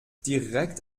direkt